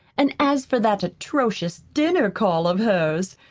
and as for that atrocious dinner-call of hers,